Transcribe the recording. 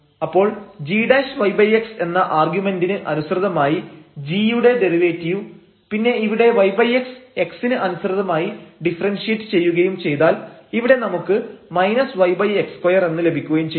അപ്പോൾ g'yx എന്ന ആർഗ്യുമെന്റിന് അനുസൃതമായി g യുടെ ഡെറിവേറ്റീവ് പിന്നെ ഇവിടെ yx x ന് അനുസൃതമായി ഡിഫറെൻഷിയേറ്റ് ചെയ്യുകയും ചെയ്താൽ ഇവിടെ നമുക്ക് yx2 എന്ന് ലഭിക്കുകയും ചെയ്യും